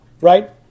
right